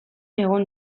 egon